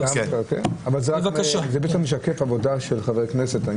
זה משקף עבודה של חבר כנסת.